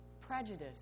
prejudice